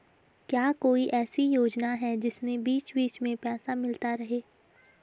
क्या कोई ऐसी योजना है जिसमें बीच बीच में पैसा मिलता रहे?